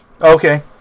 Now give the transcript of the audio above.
Okay